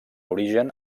origen